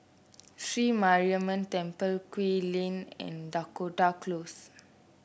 Sri Mariamman Temple Kew Lane and Dakota Close